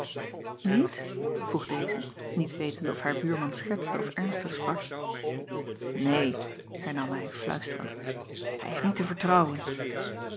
iet vroeg deze niet wetende of haar buurman schertste of ernstig sprak een hernam hij fluisterend hij is niet te vertrouwen